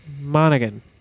Monaghan